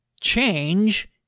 change